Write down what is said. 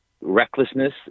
recklessness